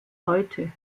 heute